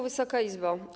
Wysoka Izbo!